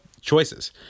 choices